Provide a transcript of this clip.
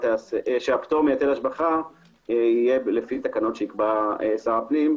שהפטור מהיטל השבחה יהיה לפי תקנות שיקבע שר הפנים.